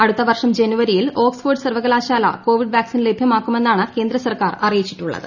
അടുത്ത വർഷം ജനുവൂരിയിൽ ഓക ്സ്ഫോർഡ് സർവകലാശാല കോവിഡ് പ്ലാക്സിൻ ലഭ്യമാക്കുമെന്നാണ് കേന്ദ്രസർക്കാർ അറ്റീയിച്ചിട്ടുള്ളത്